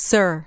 Sir